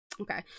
Okay